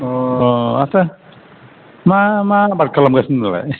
अ' आच्छा मा मा आबाद खालाम गासिनो दालाय